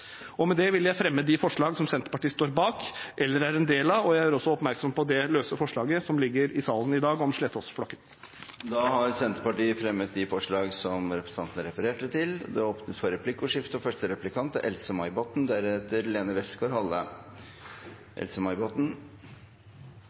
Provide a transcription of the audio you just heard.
Jeg fremmer de forslagene som Senterpartiet står bak eller er en del av, og jeg gjør oppmerksom på det løse forslaget som ligger i salen i dag om Slettås-flokken. Representanten Ole André Myhrvold har tatt opp de forslagene han refererte til. Det blir replikkordskifte. Representanten Myhrvold var inne på det grønne – både slips og